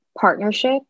partnership